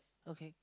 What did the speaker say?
okay